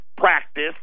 practice